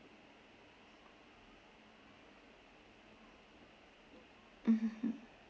mmhmm